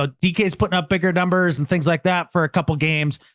ah dk is putting up bigger numbers and things like that for a couple of games,